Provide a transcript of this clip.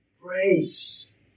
grace